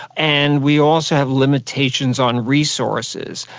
and we also have limitations on resources.